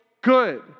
good